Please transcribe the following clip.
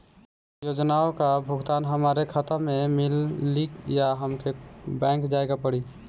योजनाओ का भुगतान हमरे खाता में मिली या हमके बैंक जाये के पड़ी?